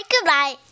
goodbye